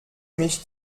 mich